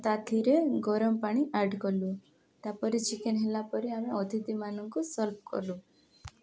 ତାଥିରେ ଗରମ ପାଣି ଆଡ଼୍ କଲୁ ତା'ପରେ ଚିକେନ୍ ହେଲା ପରେ ଆମେ ଅତିଥିମାନଙ୍କୁ ସର୍ଭ କଲୁ